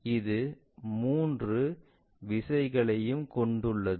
எனவே இது 3 விசைகளையும் கொண்டுள்ளது